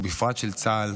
ובפרט של צה"ל,